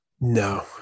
No